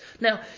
Now